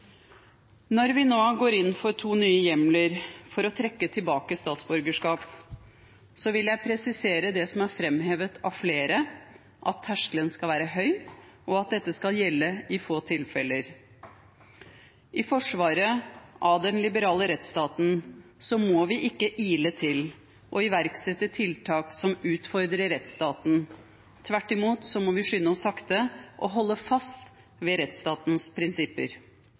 Når vi nå går inn for to nye hjemler for å trekke tilbake statsborgerskap, vil jeg presisere det som er framhevet av flere, at terskelen skal være høy, og at dette skal gjelde i få tilfeller. I forsvaret av den liberale rettsstaten må vi ikke ile til og iverksette tiltak som utfordrer rettsstaten. Tvert imot må vi skynde oss sakte og holde fast ved rettsstatens prinsipper.